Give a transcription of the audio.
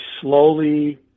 slowly